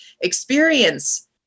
experience